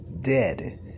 dead